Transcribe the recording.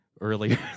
earlier